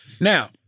Now